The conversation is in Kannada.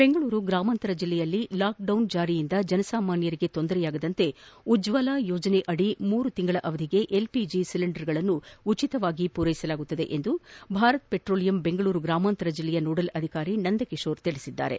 ಬೆಂಗಳೂರು ಗ್ರಾಮಾಂತರ ಜಿಲ್ಲೆಯಲ್ಲಿ ಲಾಕ್ಡಿನ್ ಜಾರಿಯಿಂದ ಜನಸಾಮಾನ್ಯರಿಗೆ ತೊಂದರೆಯಾಗದಂತೆ ಉಜ್ವಲ ಯೋಜನೆಯಡಿ ಮೂರು ತಿಂಗಳ ಅವಧಿಗೆ ಎಲ್ ಒಜಿ ಅಡುಗೆ ಅನಿಲ ಒಲಿಂಡರ್ಗಳನ್ನು ಉಚಿತವಾಗಿ ಪೂರೈಕೆ ಮಾಡಲಾಗುವುದು ಎಂದು ಭಾರತ್ ಪೆಟ್ರೋಲಯಂ ಬೆಂಗಳೂರು ಗ್ರಾಮಾಂತರ ಜಿಲ್ಲೆಯ ನೋಡಲ್ ಅಧಿಕಾರಿ ನಂದ ಕಿಶೋರ್ ಹೇಳಿದ್ದಾರೆ